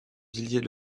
villiers